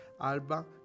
Alba